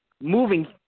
moving